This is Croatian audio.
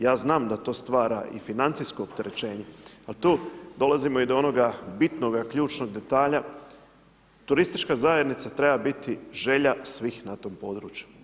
Ja znam da to stvara i financijsko opterećenje a tu dolazimo i do onoga bitnoga, ključnog detalja, turistička zajednica treba biti želja svih na tom području.